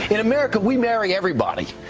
in america, we marry everybody.